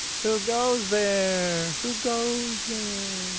who goes there? who goes there?